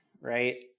right